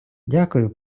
дякую